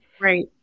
Right